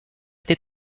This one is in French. été